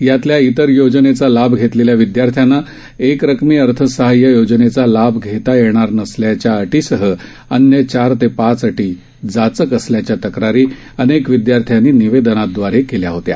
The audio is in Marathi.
यातल्या इतर योजनेचा लाभ घेतलेल्या विद्यार्थ्यांना एकरकमी अर्थसहाय्य योजनेचा लाभ घेता येणार नसल्याच्या अटीसह अन्य चार ते पाच अटी जाचक असल्याच्या तक्रारी अनेक विद्यार्थ्यांनी निवेदनादवारे केल्या होत्या